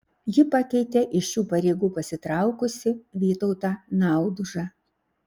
ji pakeitė iš šių pareigų pasitraukusi vytautą naudužą